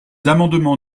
amendements